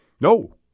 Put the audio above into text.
No